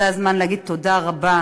זה הזמן להגיד תודה רבה